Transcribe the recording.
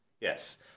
yes